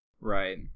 Right